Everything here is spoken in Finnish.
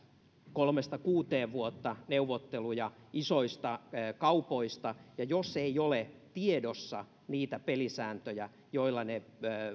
kolmesta kuuteen vuotta neuvotteluja isoista kaupoista ja jos ei ole tiedossa niitä pelisääntöjä joilla ne